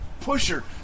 pusher